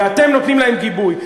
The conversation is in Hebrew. ואתם נותנים להם גיבוי.